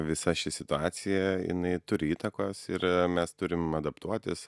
visa ši situacija jinai turi įtakos ir mes turim adaptuotis